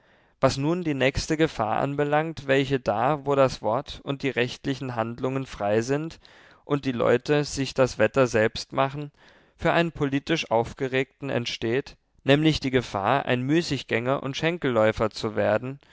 was nun die nächste gefahr anbelangt welche da wo das wort und die rechtlichen handlungen frei sind und die leute sich das wetter selbst machen für einen politisch aufgeregten entsteht nämlich die gefahr ein müßiggänger und schenkeläufer zu werden